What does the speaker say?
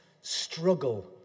struggle